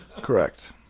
Correct